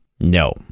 No